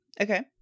Okay